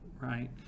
right